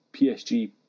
PSG